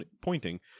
pointing